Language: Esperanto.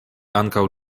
ankaŭ